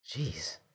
jeez